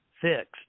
fixed